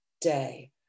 day